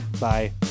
Bye